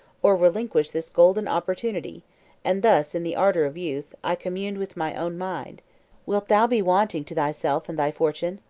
or relinquish this golden opportunity and thus, in the ardor of youth, i communed with my own mind wilt thou be wanting to thyself and thy fortune?